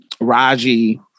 Raji